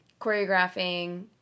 choreographing